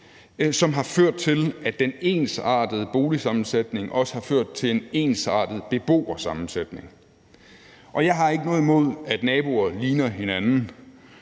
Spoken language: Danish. form for byggeri, og den ensartede boligsammensætning har ført til en ensartet beboersammensætning. Jeg har ikke noget mod, at naboer ligner hinanden,